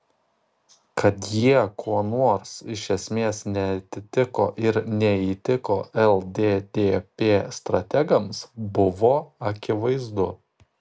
kad jie kuo nors iš esmės neatitiko ir neįtiko lddp strategams buvo akivaizdu